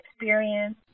experience